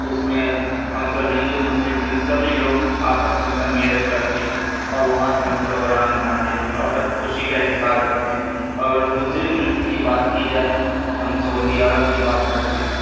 تو اس میں ہم سب ہندو مسلم سکھ سبھی لوگ آپس میں سمیلن کرکے اور وہاں پہ ہم پروگرام مناتے ہیں اور ہر خوشی کا اظہار کرتے ہیں اگر دوسرے ملک کی بات کی جائے تو ہم سعودی عرب کی بات کرتے ہیں